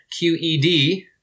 QED